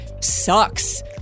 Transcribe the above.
sucks